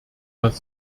das